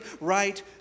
right